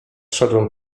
szedłem